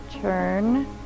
turn